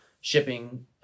shipping